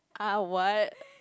!huh! what